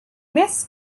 més